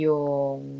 Yung